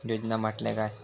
योजना म्हटल्या काय?